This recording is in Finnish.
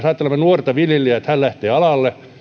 ajattelemme nuorta viljelijää että hän lähtee alalle niin